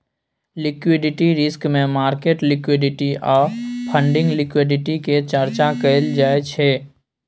liquidity risk मे market liquidity आ funding liquidity के चर्चा कएल जाइ छै